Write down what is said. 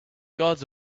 guards